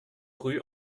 rue